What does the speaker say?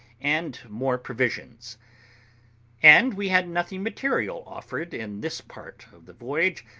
and more provisions and we had nothing material offered in this part of the voyage,